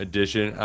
Edition